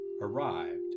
arrived